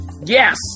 Yes